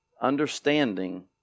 understanding